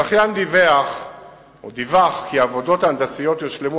הזכיין דיווח כי עבודות ההנדסיות יושלמו